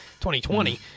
2020